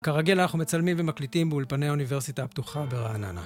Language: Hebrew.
כרגיל אנחנו מצלמים ומקליטים באולפני האוניברסיטה הפתוחה ברעננה.